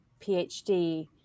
PhD